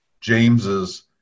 James's